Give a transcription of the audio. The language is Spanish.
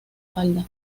falda